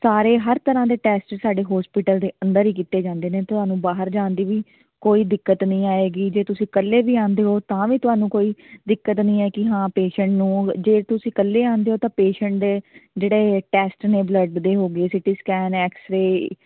ਸਾਰੇ ਹਰ ਤਰ੍ਹਾਂ ਦੇ ਟੈਸਟ ਸਾਡੇ ਹੋਸਪਿਟਲ ਦੇ ਅੰਦਰ ਹੀ ਕੀਤੇ ਜਾਂਦੇ ਨੇ ਤੁਹਾਨੂੰ ਬਾਹਰ ਜਾਣ ਦੀ ਵੀ ਕੋਈ ਦਿੱਕਤ ਨਹੀਂ ਆਏਗੀ ਜੇ ਤੁਸੀਂ ਇਕੱਲੇ ਵੀ ਆਉਂਦੇ ਹੋ ਤਾਂ ਵੀ ਤੁਹਾਨੂੰ ਕੋਈ ਦਿੱਕਤ ਨਹੀਂ ਹੈ ਕਿ ਹਾਂ ਪੇਸ਼ੈਂਟ ਨੂੰ ਜੇ ਤੁਸੀਂ ਇਕੱਲੇ ਆਉਂਦੇ ਹੋ ਤਾਂ ਪੇਸ਼ੈਂਟ ਦੇ ਜਿਹੜੇ ਟੈਸਟ ਨੇ ਬਲੱਡ ਦੇ ਹੋ ਗਏ ਸਿਟੀ ਸਕੈਨ ਐਕਸਰੇ